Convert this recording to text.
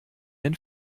den